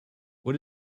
what